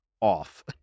off